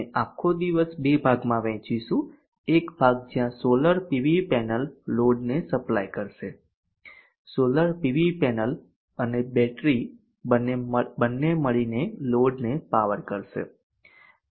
અમે આખો દિવસ બે ભાગમાં વહેંચીશું એક ભાગ જ્યાં સોલર પીવી પેનલ લોડને સપ્લાય કરશે સોલર પીવી પેનલ અને બેટરી બંને મળીને લોડને પાવર કરશે